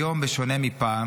היום, בשונה מפעם,